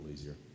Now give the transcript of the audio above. easier